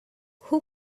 who